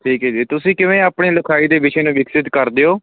ਠੀਕ ਹੈ ਜੀ ਤੁਸੀਂ ਕਿਵੇਂ ਆਪਣੇ ਲਿਖਾਈ ਦੇ ਵਿਸ਼ੇ ਨੂੰ ਵਿਕਸਿਤ ਕਰਦੇ ਹੋ